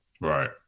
Right